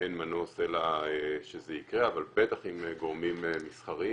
אין מנוס אלא שזה יקרה, אבל בטח עם גורמים מסחריים